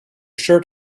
shirt